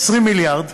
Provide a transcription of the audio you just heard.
20 מיליארד,